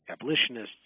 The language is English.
abolitionists